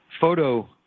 photo